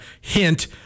Hint